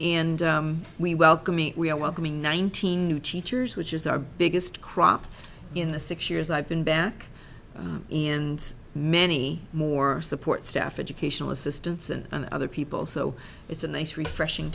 and we welcome me we are welcoming nineteen new teachers which is our biggest crop in the six years i've been back and many more support staff educational assistance and other people so it's a nice refreshing